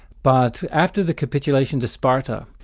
but after the capitulation to sparta,